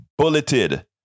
bulleted